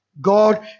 God